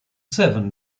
seven